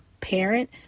parent